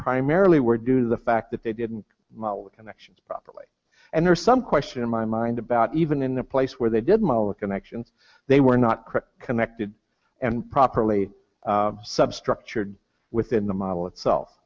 primarily were due to the fact that they didn't model the connections properly and there's some question in my mind about even in the place where they did mala connections they were not connected and properly sub structured within the model itself